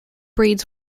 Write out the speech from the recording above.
breeds